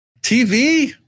TV